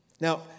Now